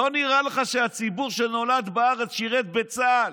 לא נראה לך, כשהציבור שנולד בארץ, שירת בצה"ל,